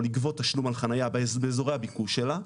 לגבות תשלום על חניה באזורי הביקוש שלה,